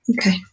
Okay